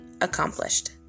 accomplished